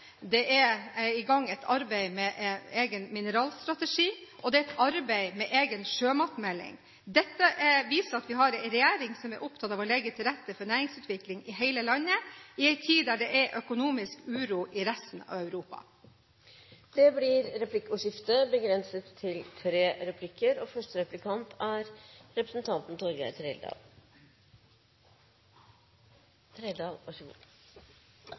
det er i gang et arbeid med en egen mineralstrategi og det arbeides med en egen sjømatmelding. Dette viser at vi har en regjering som er opptatt av å legge til rette for næringsutvikling i hele landet, i en tid der det er økonomisk uro i resten av Europa. Det blir replikkordskifte.